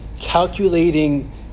calculating